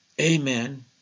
Amen